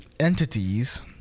Entities